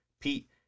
Pete